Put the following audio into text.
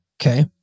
Okay